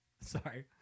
Sorry